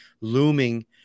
looming